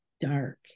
dark